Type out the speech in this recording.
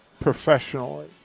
professionally